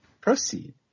Proceed